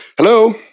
Hello